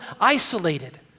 isolated